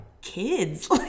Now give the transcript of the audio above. kids